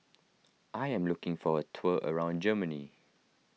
I am looking for a tour around Germany